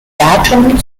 datum